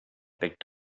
picked